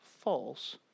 false